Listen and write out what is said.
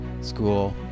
school